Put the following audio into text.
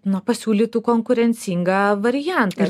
na pasiūlytų konkurencingą variantą